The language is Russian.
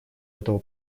этого